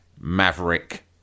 maverick